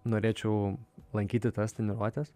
norėčiau lankyti tas treniruotes